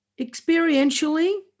experientially